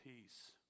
peace